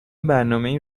برنامه